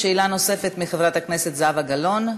שאלה נוספת של חברת הכנסת זהבה גלאון.